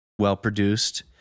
well-produced